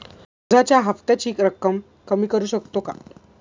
कर्जाच्या हफ्त्याची रक्कम कमी करू शकतो का?